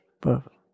perfect